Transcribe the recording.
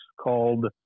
called